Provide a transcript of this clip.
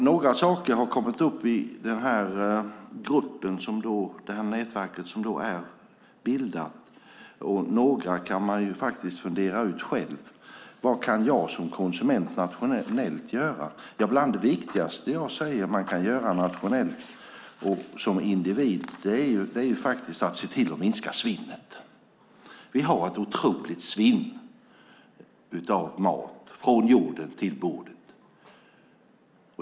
Några saker har kommit upp i det nätverk som har bildats, och några kan man faktiskt fundera ut själv: Vad kan jag som konsument nationellt göra? Bland det viktigaste man kan göra nationellt och som individ är att se till att minska svinnet. Vi har ett otroligt svinn av mat, från jorden till bordet.